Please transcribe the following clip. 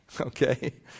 Okay